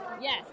Yes